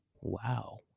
wow